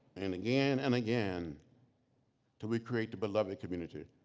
and again, and again till we create the beloved community.